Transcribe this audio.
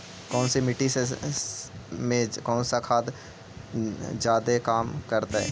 कौन सा मिट्टी मे कौन सा खाद खाद जादे काम कर हाइय?